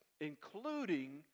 including